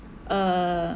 uh